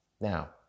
Now